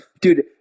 Dude